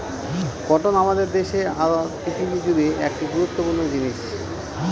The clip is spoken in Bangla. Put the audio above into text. কটন আমাদের দেশে আর পৃথিবী জুড়ে একটি খুব গুরুত্বপূর্ণ জিনিস